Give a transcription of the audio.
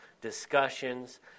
discussions